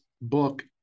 book